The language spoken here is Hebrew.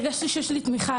הרגשתי שיש לי תמיכה,